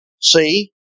see